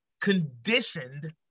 conditioned